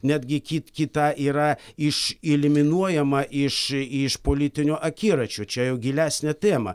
netgi kit kita yra išeliminuojama iš iš politinio akiračio čia jau gilesnė tema